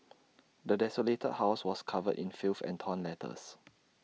the desolated house was covered in filth and torn letters